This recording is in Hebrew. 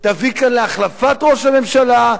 תביא כאן להחלפת ראש הממשלה,